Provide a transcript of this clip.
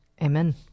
Amen